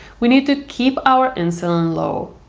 we need to keep our insulin low.